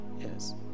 yes